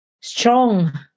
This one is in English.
strong